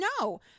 No